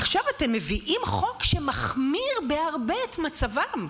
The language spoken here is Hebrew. עכשיו אתם מביאים חוק שמחמיר בהרבה את מצבם.